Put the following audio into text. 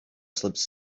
slipped